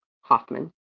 hoffman